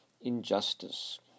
injustice